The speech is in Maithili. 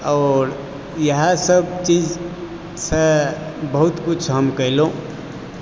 आओर इएहएसभ चीजसँ बहुत कुछ हम कयलहुँ